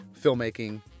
filmmaking